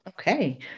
okay